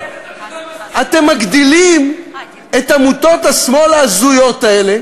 אתם מגדילים את עמותות השמאל ההזויות האלה